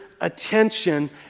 attention